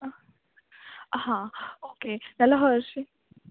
हा ओके नाल्या हरशी